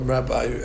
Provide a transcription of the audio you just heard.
Rabbi